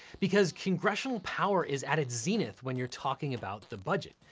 because congressional power is at its zenith when you're talking about the budget,